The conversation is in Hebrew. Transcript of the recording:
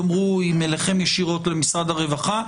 תאמרו אם אליכם ישירות או למשרד הרווחה?